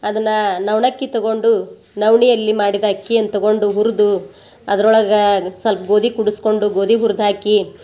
ಅದನ್ನ ನವಣಕ್ಕಿ ತಗೊಂಡು ನವಣೆಯಲ್ಲಿ ಮಾಡಿದ ಅಕ್ಕಿಯನ್ನ ತಗೊಂಡು ಹುರ್ದು ಅದ್ರೊಳಗ ಸಲ್ಪ ಗೋದಿ ಕುಡುಸ್ಕೊಂಡು ಗೋದಿ ಹುರ್ದು ಹಾಕಿ